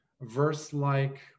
verse-like